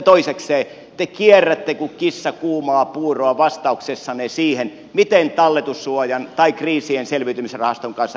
toisekseen te kierrätte kuin kissa kuumaa puuroa vastauksessanne siihen miten talletussuojan tai kriisien selviytymisrahaston kanssa menetellään